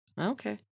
Okay